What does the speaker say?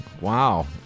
wow